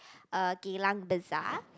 uh Geylang bazaar